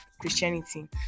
Christianity